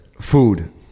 Food